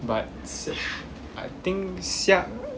but I think 像